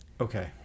Okay